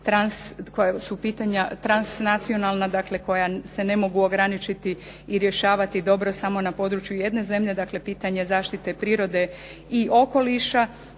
koja su pitanja transnacionalna, dakle koja se ne mogu ograničiti i rješavati dobro samo na području jedne zemlje, dakle pitanje zaštite prirode i okoliša